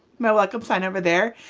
my welcome sign over there.